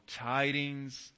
tidings